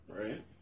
Right